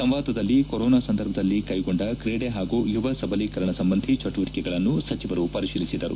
ಸಂವಾದದಲ್ಲಿ ಕೊರೊನಾ ಸಂದರ್ಭದಲ್ಲಿ ಕೈಗೊಂಡ ಕ್ರೀಡೆ ಹಾಗೂ ಯುವ ಸಬಲೀಕರಣ ಸಂಬಂಧಿ ಚಟುವಟಿಕೆಗಳನ್ನು ಸಚಿವರು ಪರಿಶೀಲಿಸಿದರು